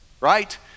right